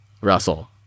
Russell